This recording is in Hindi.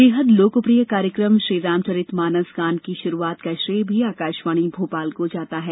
बेहद लोकप्रिय कार्यक्रम श्रीरामचरित मानस गान की शुरुआत का श्रेय भी आकाशवाणी भोपाल को जाता है